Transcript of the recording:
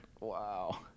Wow